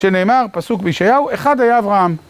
שנאמר, פסוק בישעיהו, אחד היה אברהם.